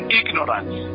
ignorance